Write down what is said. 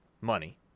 money